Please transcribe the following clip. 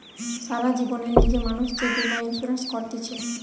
সারা জীবনের লিগে মানুষ যে বীমা ইন্সুরেন্স করতিছে